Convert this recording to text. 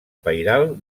pairal